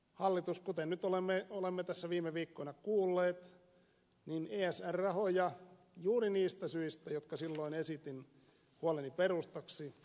hallitus kuten nyt olemme tässä viime viikkoina kuulleet ei ole saanut byrokratiasta johtuen esr rahoja käyttöön juuri niistä syistä jotka silloin esitin huoleni perustaksi